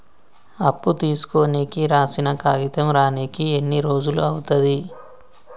అప్పు తీసుకోనికి రాసిన కాగితం రానీకి ఎన్ని రోజులు అవుతది?